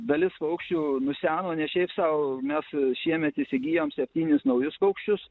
dalis paukščių nuseno ne šiaip sau nes šiemet įsigijom septynis naujus paukščius